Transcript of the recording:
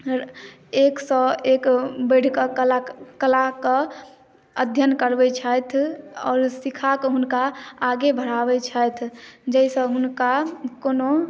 एक सँ एक बैढ़ क कला के अध्ययन करबै छथि आओर सीखा कऽ हुनका आगे बढ़ाबै छथि जाहिसँ हुनका कोनो